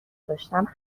داشتم